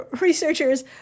researchers